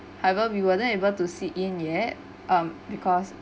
however we were not able to sit in yet um because